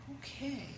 Okay